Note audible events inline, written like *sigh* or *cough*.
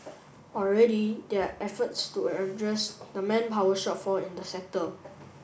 already there are efforts to *unintelligible* address the manpower shortfall in the sector